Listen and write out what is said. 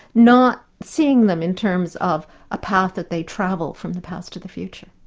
not seeing them in terms of a path at they travel from the past to the future.